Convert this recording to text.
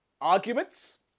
arguments